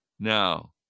Now